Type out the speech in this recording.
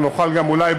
אנחנו נוכל גם אולי,